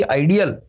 ideal